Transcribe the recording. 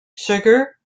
sugar